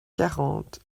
quarante